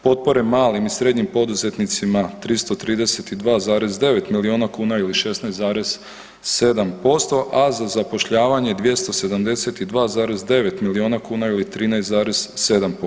Potpore malim i srednjim poduzetnicima 332,9 milijuna kuna ili 16,7%, a za zapošljavanje 272,9 milijuna kuna ili 13,7%